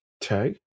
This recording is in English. Tag